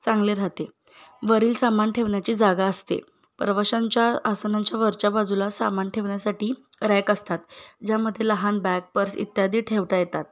चांगले राहते वरील सामान ठेवण्याची जागा असते प्रवाशांच्या आसनांच्या वरच्या बाजूला सामान ठेवन्यासाठी रॅक असतात ज्यामध्ये लहान बॅग पर्स इत्यादी ठेवता येतात